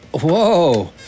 Whoa